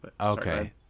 Okay